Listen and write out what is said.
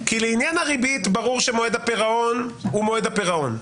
כי לעניין הריבית ברור שמועד הפירעון הוא מועד הפירעון.